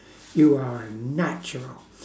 you are a natural